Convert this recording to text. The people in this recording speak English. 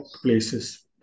places